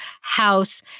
house